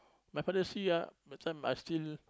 my father see ah that time I still